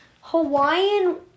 Hawaiian